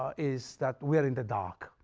is that we are in the dark.